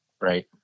Right